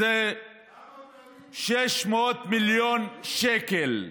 זה 600 מיליון שקל.